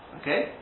Okay